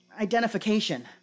identification